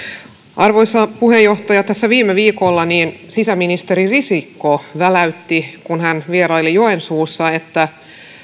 arvoisa puheenjohtaja tässä viime viikolla sisäministeri risikko väläytti kun hän vieraili joensuussa että